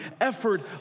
effort